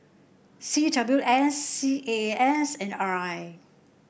C W S C A A S and R I